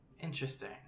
interesting